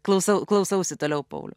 klausau klausausi toliau pauliau